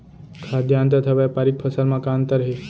खाद्यान्न तथा व्यापारिक फसल मा का अंतर हे?